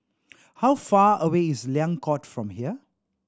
how far away is Liang Court from here